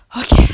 okay